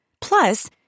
Plus